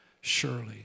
surely